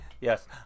Yes